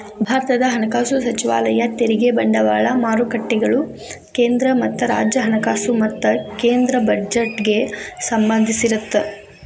ಭಾರತದ ಹಣಕಾಸು ಸಚಿವಾಲಯ ತೆರಿಗೆ ಬಂಡವಾಳ ಮಾರುಕಟ್ಟೆಗಳು ಕೇಂದ್ರ ಮತ್ತ ರಾಜ್ಯ ಹಣಕಾಸು ಮತ್ತ ಕೇಂದ್ರ ಬಜೆಟ್ಗೆ ಸಂಬಂಧಿಸಿರತ್ತ